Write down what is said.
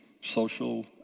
social